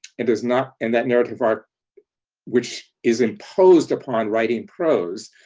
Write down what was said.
it does not and that narrative arc which is imposed upon writing prose,